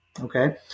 Okay